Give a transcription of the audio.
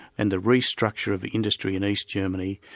and the restructure of the industry in east germany,